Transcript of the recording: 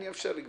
כל